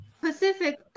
pacific